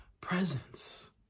presence